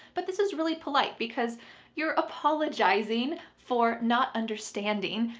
but this is really polite because you're apologizing for not understanding.